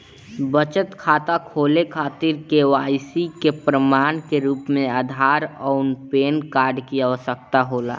बचत खाता खोले खातिर के.वाइ.सी के प्रमाण के रूप में आधार आउर पैन कार्ड की आवश्यकता होला